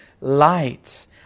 Light